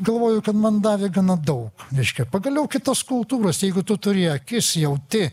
galvoju kad man davė gana daug reiškia pagaliau kitos kultūros jeigu tu turi akis jauti